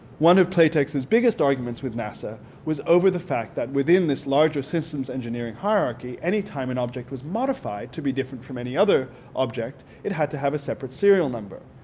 one of playtex's biggest arguments with nasa was over the fact that within this larger systems engineering hierarchy anytime an object was modified to be different from any other object it had to have a separate serial number.